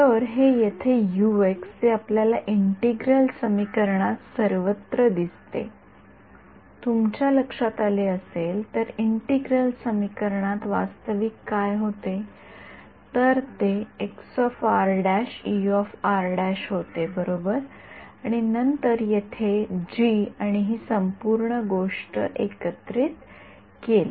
तर हे येथे Ux जे आपल्याला इंटिग्रल समीकरणात सर्वत्र दिसते तुमच्या लक्षात आले असेल तर इंटिग्रल समीकरणात वास्तविक काय होते तर ते होते बरोबर आणि नंतर येथे आणि ही संपूर्ण गोष्ट एकत्रित केली